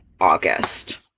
August